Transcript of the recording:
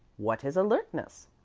what is alertness?